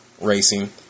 racing